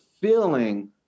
feeling